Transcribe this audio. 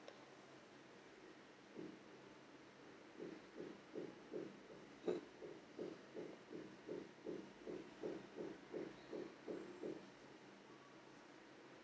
mm